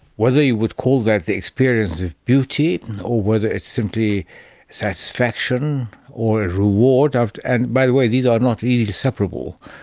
whether you would call that the experience of beauty or whether it's simply satisfaction or ah reward, and, by the way, these are not easily separable.